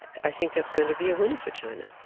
i think that's going to be a winner for china.